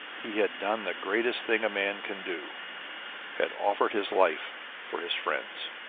he had done the greatest thing a man can do had offered his life for his friends.